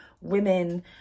women